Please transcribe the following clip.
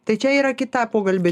tai čia yra kitą pokalbį